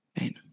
right